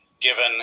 given